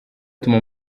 utuma